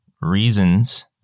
reasons